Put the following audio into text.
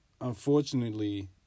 unfortunately